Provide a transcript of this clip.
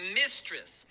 mistress